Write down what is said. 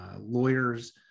lawyers